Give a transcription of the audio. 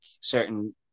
certain